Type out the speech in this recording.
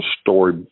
story